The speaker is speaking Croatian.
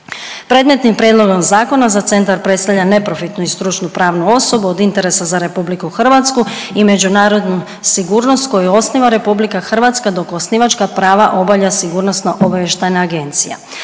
Predmetnim prijedlogom zakona, za Centar predstavlja neprofitnu i stručnu pravnu osobu od interesa za RH i međunarodnu sigurnost koju osniva RH, dok osnivačka prava obavlja SOA. Nadalje, kao